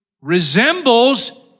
Resembles